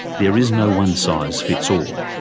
there is no one size fits all.